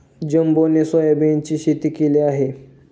जंबोने सोयाबीनची शेती केली आहे